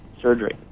Surgery